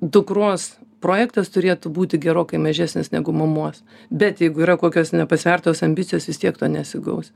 dukros projektas turėtų būti gerokai mažesnis negu mamos bet jeigu yra kokios nepasvertos ambicijos vis tiek to nesigaus